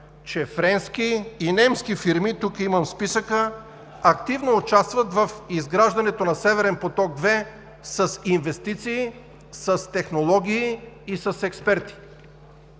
че френски и немски фирми – имам списък, активно участват в изграждането на Северен поток 2 с инвестиции, с технологии и с експерти.